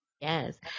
Yes